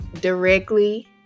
Directly